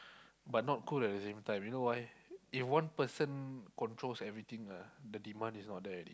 but not cool at the same time you know why if one person controls everything lah the demand is not there already